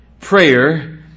prayer